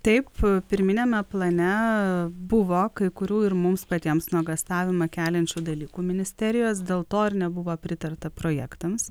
taip pirminiame plane buvo kai kurių ir mums patiems nuogąstavimą keliančių dalykų ministerijos dėl to ir nebuvo pritarta projektams